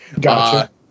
Gotcha